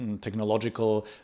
technological